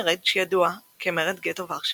מרד שידוע כמרד גטו ורשה.